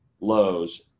lows